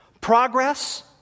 progress